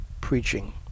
preaching